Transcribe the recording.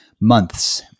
months